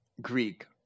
Greek